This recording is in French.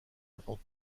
avant